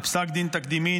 בפסק דין תקדימי,